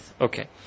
Okay